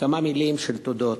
כמה מלים של תודות.